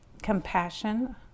Compassion